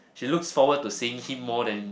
she looks forward to seeing him more than